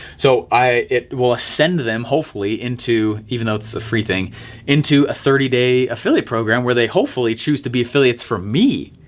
so i will send to them hopefully into even though it's a free thing into a thirty day affiliate program where they hopefully choose to be affiliates for me.